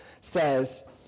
says